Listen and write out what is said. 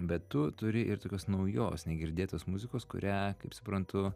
bet tu turi ir tokios naujos negirdėtos muzikos kurią kaip suprantu